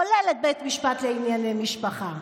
כולל את בית משפט לענייני משפחה.